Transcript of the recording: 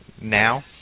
now